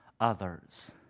others